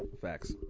facts